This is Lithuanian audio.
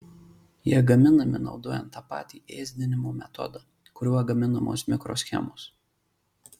jie gaminami naudojant tą patį ėsdinimo metodą kuriuo gaminamos mikroschemos